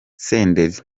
senderi